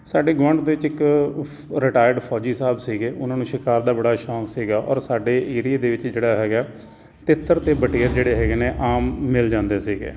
ਸਾਡੇ ਗੁਆਂਢ ਦੇ ਵਿੱਚ ਇੱਕ ਉਫ ਰਿਟਾਇਰਡ ਫੌਜੀ ਸਾਹਿਬ ਸੀਗੇ ਉਹਨਾਂ ਨੂੰ ਸ਼ਿਕਾਰ ਦਾ ਬੜਾ ਸ਼ੌਂਕ ਸੀਗਾ ਔਰ ਸਾਡੇ ਏਰੀਏ ਦੇ ਵਿੱਚ ਜਿਹੜਾ ਹੈਗਾ ਤਿੱਤਰ ਅਤੇ ਬਟੇਰ ਜਿਹੜੇ ਹੈਗੇ ਨੇ ਆਮ ਮਿਲ ਜਾਂਦੇ ਸੀਗੇ